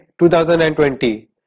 2020